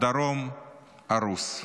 הדרום הרוס,